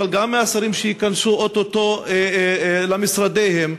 אבל גם מהשרים שייכנסו או-טו-טו למשרדיהם,